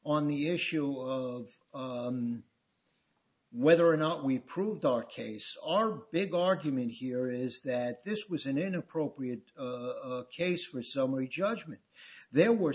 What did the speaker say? on the issue of whether or not we prove our case our big argument here is that this was an inappropriate case for summary judgment there were